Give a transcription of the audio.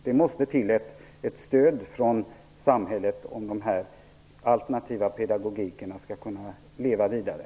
Det måste till ett stöd från samhället, om de alternativa pedagogikerna skall kunna leva vidare.